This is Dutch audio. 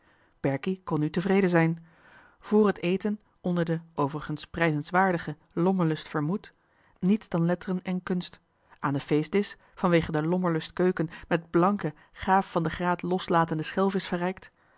kon nu tevreden zijn vr het eten onder de overigens prijzenswaardige lommerlust vermouth niets dan letteren en kunst aan den feestdisch vanwege de lommerlust keuken met blanke gaaf van de graat loslatende schelvisch verrijkt